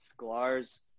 Sklar's